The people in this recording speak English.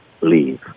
leave